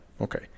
Okay